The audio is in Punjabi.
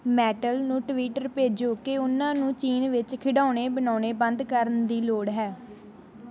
ਮੈਟਲ ਨੂੰ ਟਵੀਟਰ ਭੇਜੋ ਕਿ ਉਨ੍ਹਾਂ ਨੂੰ ਚੀਨ ਵਿੱਚ ਖਿਡੌਣੇ ਬਣਾਉਣੇ ਬੰਦ ਕਰਨ ਦੀ ਲੋੜ ਹੈ